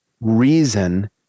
reason